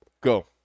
Go